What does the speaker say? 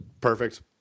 Perfect